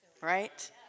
right